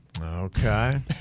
Okay